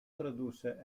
tradusse